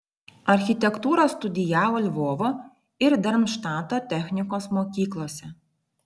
architektūrą studijavo lvovo ir darmštato technikos mokyklose